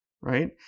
right